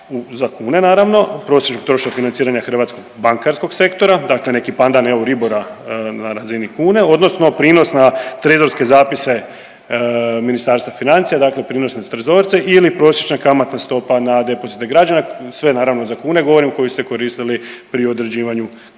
za kune naravno prosječan trošak financiranja hrvatskog bankarskog sektora, dakle neki pandan EURIBOR-a na razini kune odnosno prinos na trezorske zapise Ministarstva financije, dakle prinos na trezorce ili prosječna kamatna stopa na depozite građana, sve naravno za kune govorim koji su se koristili pri određivanju konkretno cijene